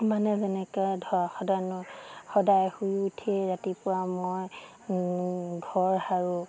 মানে যেনেকৈ ধৰক সদায় শুই উঠি ৰাতিপুৱা মই ঘৰ সাৰোঁ